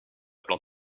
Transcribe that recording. plein